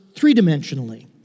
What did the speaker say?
three-dimensionally